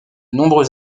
nombreux